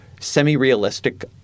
semi-realistic